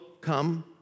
come